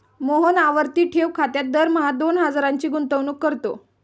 मोहन आवर्ती ठेव खात्यात दरमहा दोन हजारांची गुंतवणूक करतो